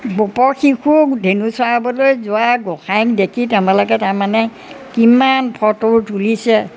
গোপশিশুক ধেনু চৰাবলৈ যোৱা গোসাঁইক দেখি তেওঁবিলাকে তাৰমানে কিমান ফটো তুলিছে